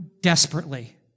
desperately